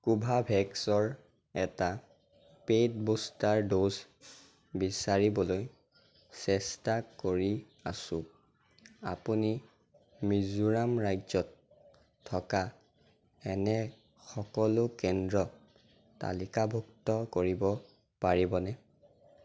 কোভোভেক্সৰ এটা paid booster dose বিচাৰিবলৈ চেষ্টা কৰি আছোঁ আপুনি মিজোৰাম ৰাজ্যত থকা এনে সকলো কেন্দ্ৰ তালিকাভুক্ত কৰিব পাৰিবনে